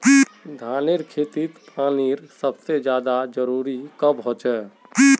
धानेर खेतीत पानीर सबसे ज्यादा जरुरी कब होचे?